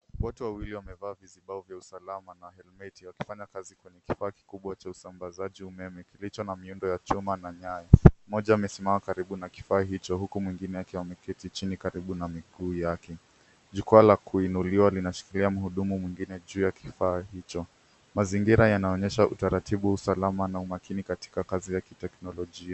Watu wawili wamevaa vizibao vya usalama na helmeti wakifanya kazi kwenye kifaa kikubwa cha usambazaji umeme kilicho na miundo ya chuma na nyayo. Moja amesimama karibu na kifaa hicho huku mwingine akiwa keti chini karibu na miguu yake. Jukwa la kuiniliwa linashikiliwa mhudumu mwingine juu ya kifaa hicho. Mazingira yanaonyesha utaratibu wa usalama na umakini katika kazi ya kiteknolojia.